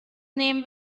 name